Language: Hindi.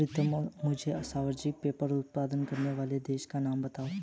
प्रीतम मुझे सर्वाधिक पेपर उत्पादन करने वाले देशों का नाम बताओ?